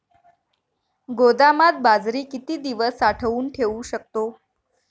गोदामात बाजरी किती दिवस साठवून ठेवू शकतो?